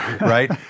right